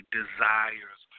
desires